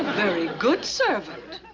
very good servant.